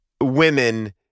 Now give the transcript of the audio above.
women